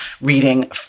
reading